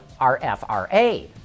RFRA